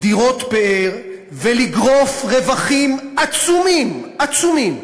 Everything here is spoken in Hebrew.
דירות פאר ולגרוף רווחים עצומים, עצומים,